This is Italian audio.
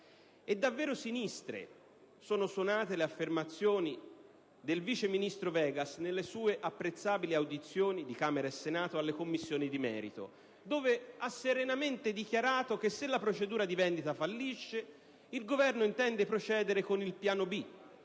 E davvero sinistre sono suonate le affermazioni del vice ministro Vegas nelle sue apprezzabili audizioni di Camera e Senato presso le Commissioni di merito, in cui ha serenamente dichiarato che se la procedura di vendita fallisce il Governo intende procedere con il piano B,